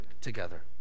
together